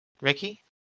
Ricky